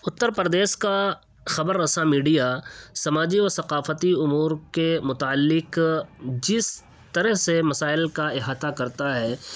اتر پردیش کا خبر رساں میڈیا سماجی و ثقافتی امور کے متعلق جس طرح سے مسائل کا احاطہ کرتا ہے